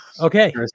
okay